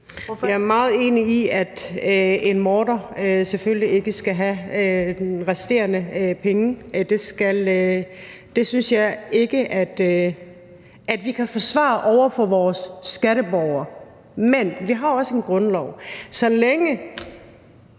Jeg er meget enig i, at en morder selvfølgelig ikke skal have de resterende penge. Det synes jeg ikke at vi kan forsvare over for vores skatteborgere. Men vi har også en grundlov. Så længe